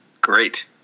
great